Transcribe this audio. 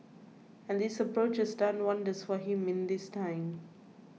and this approaches done wonders for him in this time